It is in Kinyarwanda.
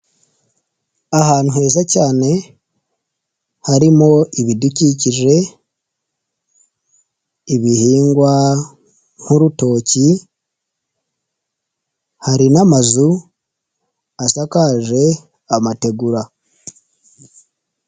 Ahantu heza cyane harimo ibidukikije, ibihingwa nk'urutoki, hari n'amazu asakaje amategura.